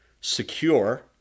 secure